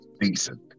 decent